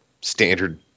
standard